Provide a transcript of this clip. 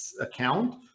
account